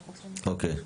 אוקיי.